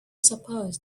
suppose